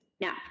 Now